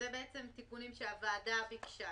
מדובר בתקופות לתיקון של קביעת מס או שומה.